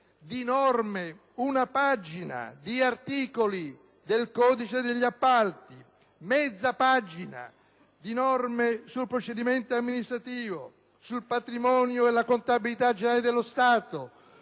di una pagina di articoli del codice degli appalti, di mezze pagine di norme sul procedimento amministrativo, sul patrimonio e la contabilità generale dello Stato,